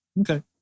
Okay